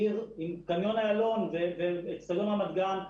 עיר עם קניון אילון וקניון רמת גן,